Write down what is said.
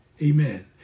Amen